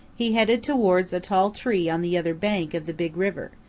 he headed towards a tall tree on the other bank of the big river,